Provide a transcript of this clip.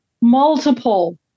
multiple